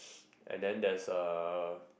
and then there's a